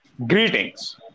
Greetings